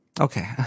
okay